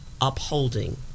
upholding